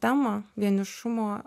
temą vienišumo